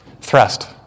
thrust